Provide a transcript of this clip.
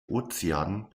ozean